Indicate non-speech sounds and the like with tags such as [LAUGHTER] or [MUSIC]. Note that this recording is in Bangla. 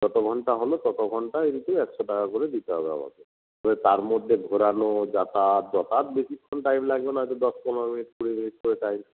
যত ঘণ্টা হলো তত ঘণ্টা [UNINTELLIGIBLE] একশো টাকা করে দিতে হবে আমাকে এবার তার মধ্যে ঘোরানো যাতায়াত বসার বেশিক্ষণ টাইম লাগবে না হয়তো দশ পনেরো মিনিট কুড়ি মিনিট করে টাইম